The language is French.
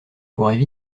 courraient